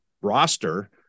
roster